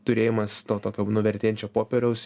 turėjimas to tokio nuvertėjančio popieriaus